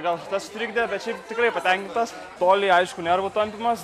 gal tas sutrikdė bet šiaip tikrai patenkintas toliai aišku nervų tampymas